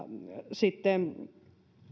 sitten